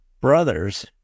brothers